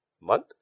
month